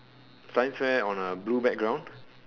science fair on a blue background